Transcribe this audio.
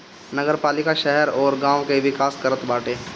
नगरपालिका शहर अउरी गांव के विकास करत बाटे